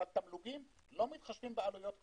אבל תמלוגים לא מתחשבים בעלויות כלל.